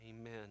amen